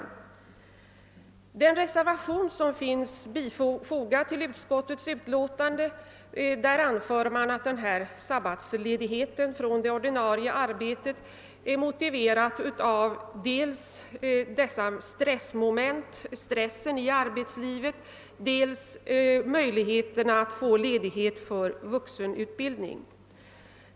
I den reservation som är fogad till utskottets utlåtande anförs att denna sabbatsledighet från ordinarie arbete är motiverad dels av stressen i arbetslivet, dels av behovet av att få ledighet för vuxenutbildning.